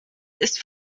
ist